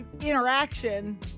interaction